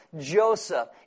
Joseph